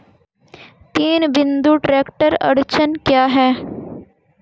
तीन बिंदु ट्रैक्टर अड़चन क्या है?